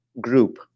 Group